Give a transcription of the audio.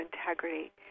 integrity